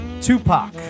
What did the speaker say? Tupac